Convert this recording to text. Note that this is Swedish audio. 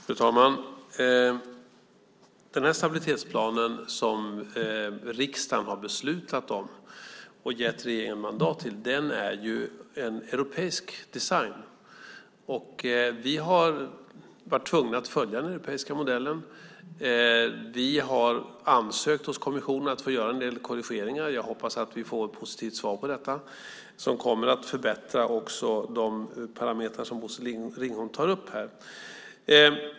Fru talman! Den stabilitetsplan som riksdagen har beslutat om och gett regeringen mandat för har europeisk design. Vi har varit tvungna att följa den europeiska modellen. Vi har ansökt hos kommissionen om att få göra en del korrigeringar. Jag hoppas att vi får ett positivt svar på detta. Det kommer också att förbättra de parametrar som Bosse Ringholm tar upp här.